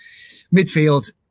Midfield